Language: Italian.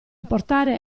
portare